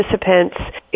participants